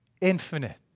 Infinite